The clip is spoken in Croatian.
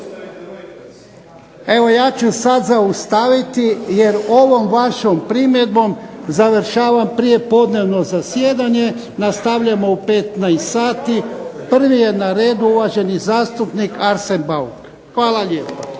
Evo ja ću sada zaustaviti, jer ovom vašom primjedbom završavam prijepodnevno zasjedanje. Nastavljamo u 15,00 sati. Prvi je na redu uvaženi zastupnik Arsen Bauk. Hvala lijepo.